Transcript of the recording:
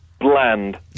bland